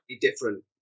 different